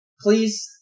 please